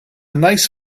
nice